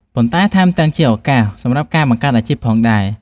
ប៉ុន្តែថែមទាំងជាឱកាសសម្រាប់ការបង្កើតអាជីពផងដែរ។